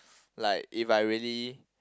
like if I really